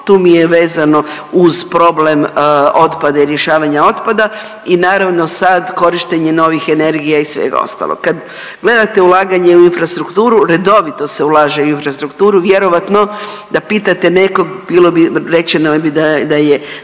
tu mi je vezano uz problem otpada i rješavanja otpada i naravno sad korištenje novih energija i svega ostalog. Kad gledate ulaganje u infrastrukturu redovito se ulaže u infrastrukturu, vjerojatno da pitate nekog bilo bi rečeno da je